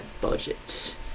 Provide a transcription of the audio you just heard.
budget